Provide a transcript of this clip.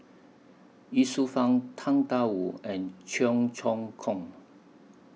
Ye Shufang Tang DA Wu and Cheong Choong Kong